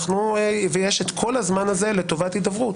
יש את כל הזמן הזה לטובת הידברות.